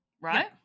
right